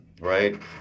right